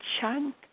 chunk